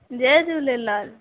Jay Jhulelal